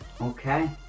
Okay